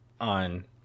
on